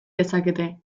dezakete